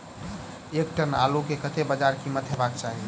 एक टन आलु केँ कतेक बजार कीमत हेबाक चाहि?